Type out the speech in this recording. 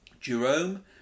Jerome